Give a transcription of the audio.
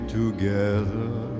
together